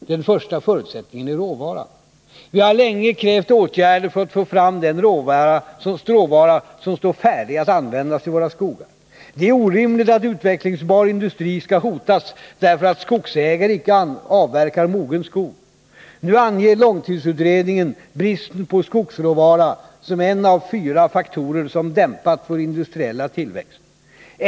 Den första förutsättningen är råvaran. Vi har länge krävt åtgärder för att få fram den råvara som står färdig att användas i våra skogar. Det är orimligt att utvecklingsbar industri skall hotas, därför att skogsägare inte avverkar mogen skog. Nu anger långtidsutredningen bristen på skogsråvara som en av fyra faktorer som dämpat vår industriella tillväxt.